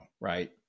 right